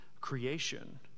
creation